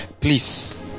please